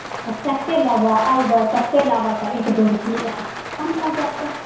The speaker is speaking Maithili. तऽ कतेक लेबै अएबै कतेक लेबै तऽ एक दुइ रुपैआ कम भऽ जाएत